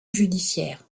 judiciaire